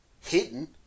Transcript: hidden